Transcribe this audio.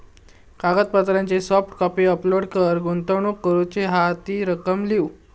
कागदपत्रांची soft copy upload कर, गुंतवणूक करूची हा ती रक्कम लिव्ह